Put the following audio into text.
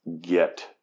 get